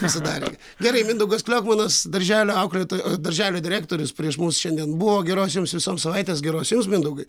pasidarė gerai mindaugas kliokmanas darželio auklėtojo darželio direktorius prieš mus šiandien buvo geros jums visoms savaitės geros jums mindaugai